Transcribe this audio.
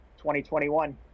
2021